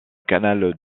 canal